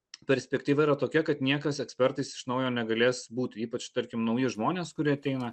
perspektyva yra tokia kad niekas ekspertais iš naujo negalės būti ypač tarkim nauji žmonės kurie ateina